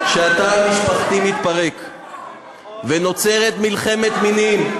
שהתא המשפחתי מתפרק ונוצרת מלחמת מינים,